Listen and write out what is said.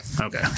okay